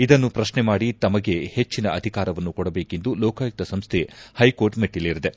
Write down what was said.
ಇದನ್ನು ಪ್ರಶ್ನೆಮಾಡಿ ತಮಗೆ ಹೆಜ್ಜನ ಅಧಿಕಾರವನ್ನು ಕೊಡಬೇಕೆಂದು ಲೋಕಾಯುಕ್ತ ಸಂಸ್ಥೆ ಹೈಕೋರ್ಟ್ ಮೆಟ್ಟಿಲೇರಿದೆ